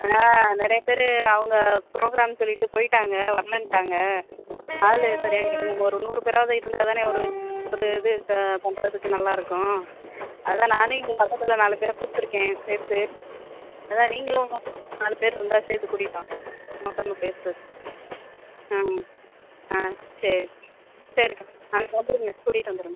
ஆ நிறைய பேர் அவங்க ப்ரோக்ராம் சொல்லிவிட்டு போய்ட்டாங்க வரலன்ட்டாங்க ஆள் சரியா கிடைக்கல நம்ம ஒரு நூறு பேராவது இருந்தால் தானே ஒரு ஒரு இது ப பண்ணுறதுக்கு நல்லாயிருக்கும் அதுதான் நானும் இங்கே பக்கத்தில் நாலு பேரரை கூப்பிட்ருக்கேன் சேர்த்து அதுதான் நீங்களும் நாலு பேர் இருந்தால் சேர்த்து கூட்டிகிட்டு வாங்க மொத்தமாக பேசுறது ஆ ஆ சரி சரிக்கா நாளைக்கு வந்துடுங்க கூட்டிகிட்டு வந்துடுங்க